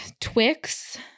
Twix